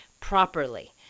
properly